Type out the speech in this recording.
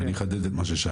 ואני אחדד את מה ששאלתי.